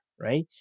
right